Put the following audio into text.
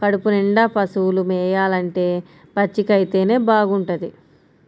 కడుపునిండా పశువులు మేయాలంటే పచ్చికైతేనే బాగుంటది